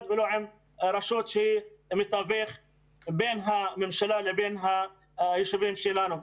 ולא עם הרשות שהיא מתווכת בין הממשלה לבין היישובים שלנו.